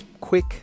quick